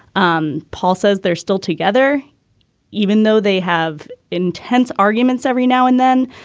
um paul says they're still together even though they have intense arguments every now and then.